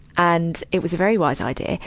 and it was a very wise idea.